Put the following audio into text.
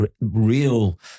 real –